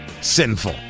sinful